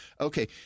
Okay